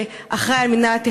שאחראי למינהל התכנון,